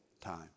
time